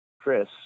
Chris